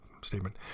statement